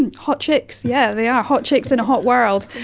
and hot chicks, yeah, they are hot chicks in a hot world.